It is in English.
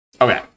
Okay